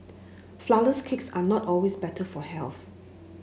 flourless cakes are not always better for health